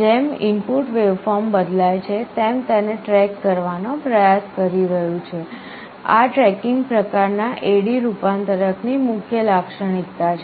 જેમ input waveform બદલાય તેમ તેને ટ્રેક કરવાનો પ્રયાસ કરી રહ્યું છે આ ટ્રેકિંગ પ્રકાર ના AD રૂપાંતરક ની મુખ્ય લાક્ષણિકતા છે